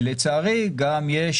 ולצערי גם יש